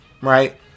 Right